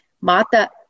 Mata